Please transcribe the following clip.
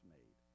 made